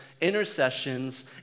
intercessions